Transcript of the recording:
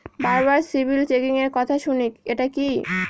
বারবার সিবিল চেকিংএর কথা শুনি এটা কি?